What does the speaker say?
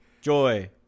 Joy